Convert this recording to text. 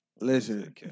Listen